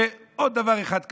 ועוד דבר אחד קטן,